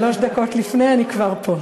שלוש דקות לפני אני כבר פה.